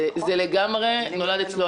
זה לגמרי נולד אצלו.